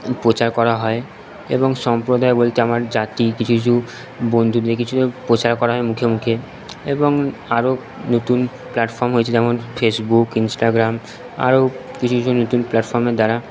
প্রচার করা হয় এবং সম্প্রদায় বলতে আমার জাতি কিছু কিছু বন্ধুদের কিছু প্রচার করা হয় মুখে মুখে এবং আরো নতুন প্ল্যাটফর্ম হয়েছে যেমন ফেসবুক ইন্সটাগ্রাম আরো কিছু কিছু নতুন প্ল্যাটফর্মের দ্বারা